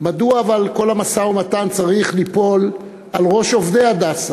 אבל מדוע כל המשא-ומתן צריך ליפול על ראש עובדי "הדסה"?